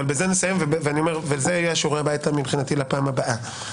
זה יהיה שיעורי הבית לפעם הבאה.